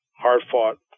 hard-fought